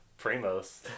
Primo's